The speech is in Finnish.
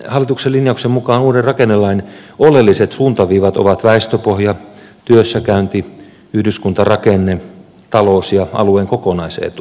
hallituksen linjauksen mukaan uuden rakennelain oleelliset suuntaviivat ovat väestöpohja työssäkäynti yhdyskuntarakenne talous ja alueen kokonaisetu